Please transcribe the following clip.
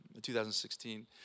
2016